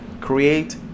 create